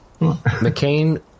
McCain